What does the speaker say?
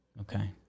Okay